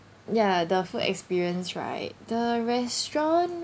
ya the food experience right the restaurant